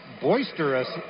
boisterous